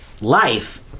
life